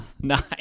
Nice